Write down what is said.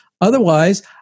Otherwise